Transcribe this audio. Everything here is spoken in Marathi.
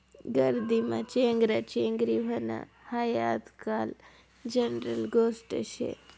गर्दीमा चेंगराचेंगरी व्हनं हायी आजकाल जनरल गोष्ट शे